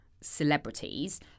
celebrities